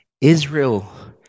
Israel